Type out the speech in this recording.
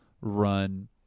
run